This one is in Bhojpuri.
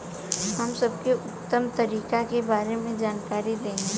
हम सबके उत्तम तरीका के बारे में जानकारी देही?